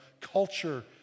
culture